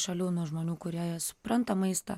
šalių nu žmonių kurie supranta maistą